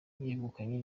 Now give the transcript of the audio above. yegukanye